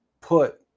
put